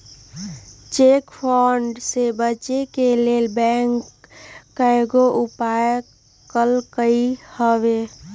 cheque fraud से बचे के लेल बैंकों कयगो उपाय कलकइ हबे